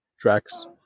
tracks